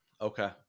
Okay